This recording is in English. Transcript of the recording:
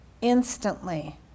instantly